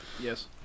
Yes